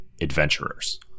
adventurers